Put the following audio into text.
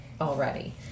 already